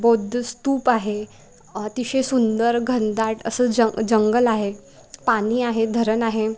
बौद्ध स्तूप आहे अतिशय सुंदर घनदाट असं जंग जंगल आहे पाणी आहे धरण आहे